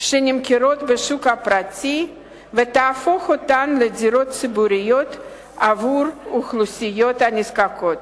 שנמכרות בשוק הפרטי ותהפוך אותן לדירות ציבוריות עבור אוכלוסיות נזקקות.